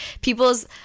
people's